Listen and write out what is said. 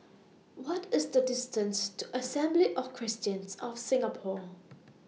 What IS The distance to Assembly of Christians of Singapore